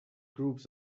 groups